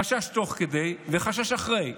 חשש תוך כדי וחשש אחרי.